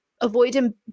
avoiding